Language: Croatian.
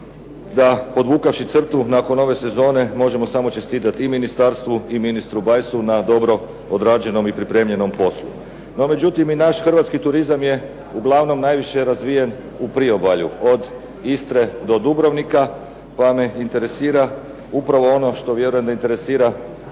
da podvukavši crtu nakon ove sezone možemo samo čestitati i ministarstvu i ministru Bajsu na dobro odrađenom i pripremljenom poslu. No, međutim i naš hrvatski turizam je uglavnom najviše razvije u priobalju od Istre do Dubrovnika, pa me interesira upravo ono što vjerujem da interesira i